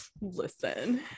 listen